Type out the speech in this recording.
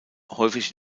häufig